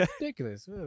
Ridiculous